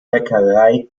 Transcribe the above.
bäckerei